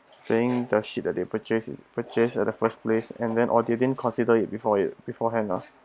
saying that shit that they purchase purchase at the first place and then or they didn't consider it before it beforehand lah